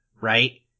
right